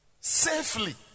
safely